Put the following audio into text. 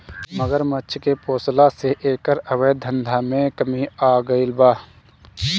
मगरमच्छ के पोसला से एकर अवैध धंधा में कमी आगईल बा